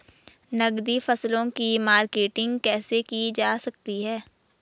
नकदी फसलों की मार्केटिंग कैसे की जा सकती है?